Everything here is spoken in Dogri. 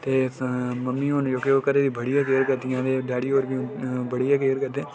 ते मम्मी होर न जेह्के ओह् घरै दी बडी गै केयर करदियां ते डैडी होर बी बडी गै केयर करदे न